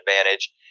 advantage